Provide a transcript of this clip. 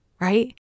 right